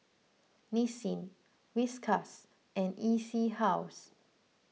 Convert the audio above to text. Nissin Whiskas and E C House